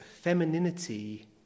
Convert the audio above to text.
femininity